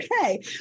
Okay